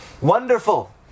Wonderful